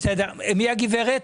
מי הגברת?